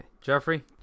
Jeffrey